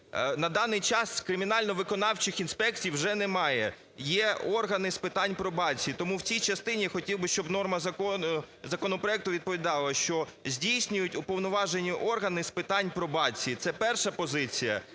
На даний час кримінально-виконавчих інспекцій вже немає, є органи з питань пробації. Тому в цій частині я хотів би, щоб норма закону, законопроекту відповідала, що здійснюють уповноважені органи з питань пробації. Це перша позиція.